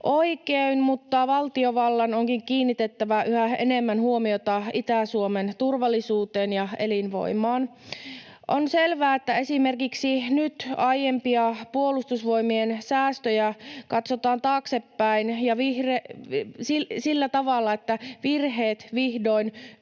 oikein, mutta valtiovallan onkin kiinnitettävä yhä enemmän huomiota Itä-Suomen turvallisuuteen ja elinvoimaan. On selvää, että esimerkiksi nyt aiempia Puolustusvoimien säästöjä katsotaan taaksepäin sillä tavalla, että virheet vihdoin